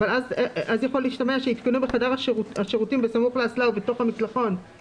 אבל אז יכול להשתמע שיותקנו בחדר השירותים בסמוך לאסלה ובתוך המקלחון,